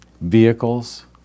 vehicles